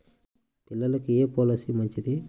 పిల్లలకు ఏ పొలసీ మంచిది?